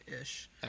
ish